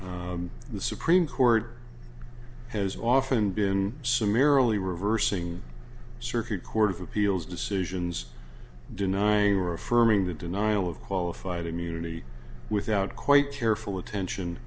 this the supreme court has often been summarily reversing circuit court of appeals decisions denying or affirming the denial of qualified immunity without quite careful attention